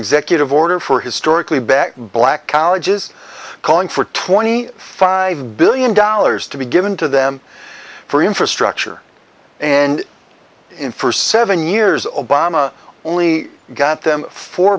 executive order for historically back black colleges calling for twenty five billion dollars to be given to them for infrastructure and in for seven years obama only got them fo